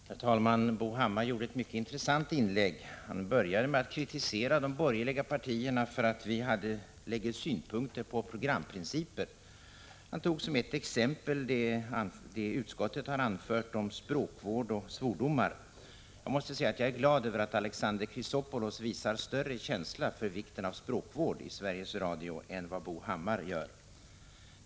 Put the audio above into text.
Herr talman! Bo Hammar gjorde ett mycket intressant inlägg. Han började med att kritisera de borgerliga partierna för att vi anlägger synpunkter på programprincipen. Han tog som ett exempel det som utskottet har anfört om språkvård och svordomar. Jag är glad över att Alexander Chrisopoulos visar större känsla för vikten av språkvård i Sveriges Radio än Bo Hammar gör.